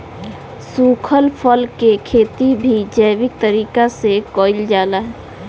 सुखल फल के खेती भी जैविक तरीका से कईल जाला